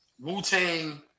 wu-tang